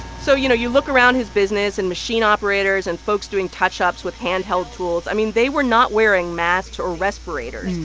so, you know, you look around his business, and machine operators and folks doing touch-ups with hand-held tools i mean, they were not wearing masks or respirators.